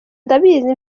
ndabizi